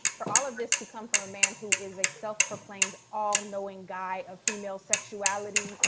for all of this to come from a man who is a self-proclaimed all-knowing guy of female sexuality.